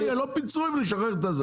אז לא יהיה לא פיצוי ונשחרר את זה.